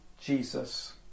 Jesus